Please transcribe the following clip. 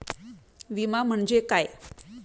विमा म्हणजे काय?